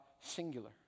singular